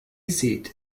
seat